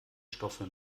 stoffe